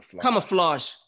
camouflage